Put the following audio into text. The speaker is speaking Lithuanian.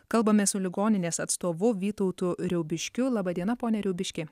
kalbamės su ligoninės atstovu vytautu riaubiškiu laba diena pone riaubiški